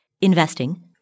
Investing